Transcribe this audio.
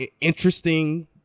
interesting